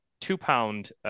two-pound